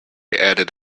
added